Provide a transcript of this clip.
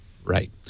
Right